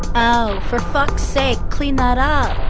oh, for fuck's sake, clean that up.